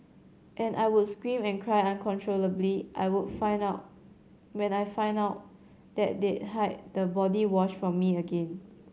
and I would scream and cry uncontrollably I would found out when I found out that they'd hid the body wash from me again